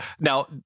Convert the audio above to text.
now